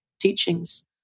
teachings